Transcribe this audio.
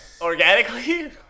organically